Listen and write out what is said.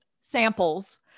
samples